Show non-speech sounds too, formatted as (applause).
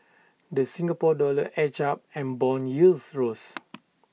the Singapore dollar edged up and Bond yields rose (noise)